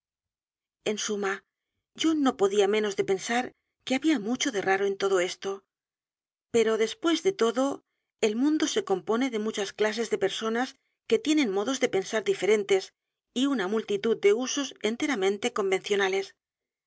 en suma yo no podía menos de pensar que había mucho de raro en todo e s t o pero después de todo el mundo se compone de muchas clases de personas que tienen modos de pensar diferentes y una multitud de usos enteramente convencionales